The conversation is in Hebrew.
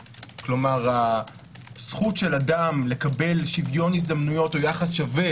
כלומר: הזכות של אדם לקבל שוויון הזדמנויות או יחס שווה